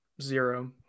zero